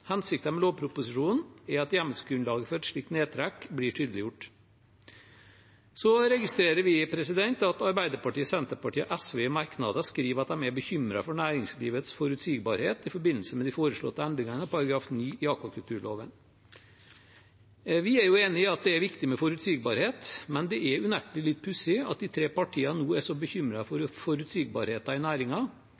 Hensikten med lovproposisjonen er at hjemmelsgrunnlaget for et slikt nedtrekk blir tydeliggjort. Vi registrerer at Arbeiderpartiet, Senterpartiet og SV i merknader skriver at de er bekymret for næringslivets forutsigbarhet i forbindelse med de foreslåtte endringene i § 9 i akvakulturloven. Vi er enig i at det er viktig med forutsigbarhet, men det er unektelig litt pussig at de tre partiene nå er så bekymret for